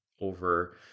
over